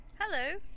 hello